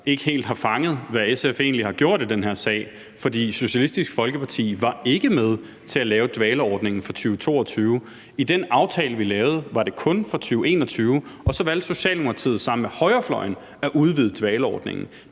ikke helt har fanget, hvad SF egentlig har gjort i den her sag, for Socialistisk Folkeparti var ikke med til at lave dvaleordningen for 2022. I den aftale, vi lavede, var det kun for 2021, og så valgte Socialdemokratiet sammen med højrefløjen at udvide dvaleordningen.